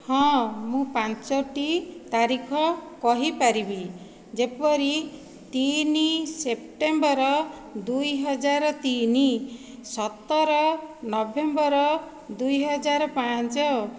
ହଁ ମୁଁ ପାଞ୍ଚୋଟି ତାରିଖ କହିପାରିବି ଯେପରି ତିନି ସେପ୍ଟେମ୍ବର ଦୁଇ ହଜାର ତିନି ସତର ନଭେମ୍ବର ଦୁଇ ହଜାର ପାଞ୍ଚ